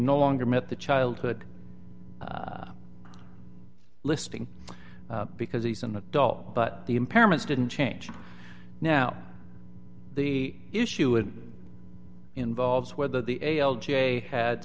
no longer met the childhood lisping because he's an adult but the impairments didn't change now the issue it involves whether the a l j had